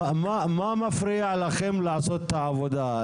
אז מה מפריע לכם לעשות את העבודה?